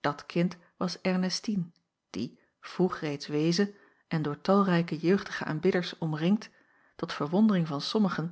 dat kind was ernestine die vroeg reeds weeze en door talrijke jeugdige aanbidders omringd tot verwondering van sommigen